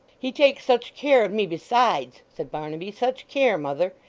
he takes such care of me besides said barnaby. such care, mother!